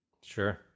Sure